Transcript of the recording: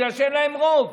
בגלל שאין להם רוב.